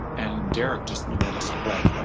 and derek just let us play. like,